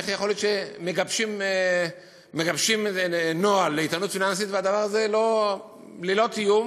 ואיך יכול להיות שמגבשים נוהל לאיתנות פיננסית והדבר הזה ללא קיום?